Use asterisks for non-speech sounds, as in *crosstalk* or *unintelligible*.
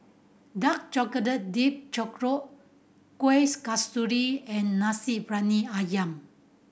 dark chocolate dipped churro kuih *unintelligible* kasturi and Nasi Briyani Ayam